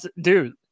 dude